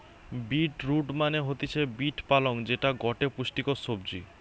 bit root মানে হতিছে beet পালং যেটা গটে পুষ্টিকর সবজি